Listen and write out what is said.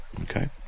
Okay